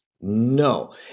No